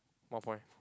one point